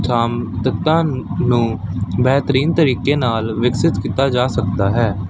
ਥਾਮ ਤੱਤਾਂ ਨੂੰ ਬੈਹਤਰੀਨ ਤਰੀਕੇ ਨਾਲ ਵਿਕਸਿਤ ਕੀਤਾ ਜਾ ਸਕਦਾ ਹੈ